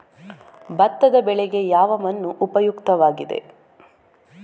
ಭತ್ತದ ಬೆಳೆಗೆ ಯಾವ ಮಣ್ಣು ಉಪಯುಕ್ತವಾಗಿದೆ?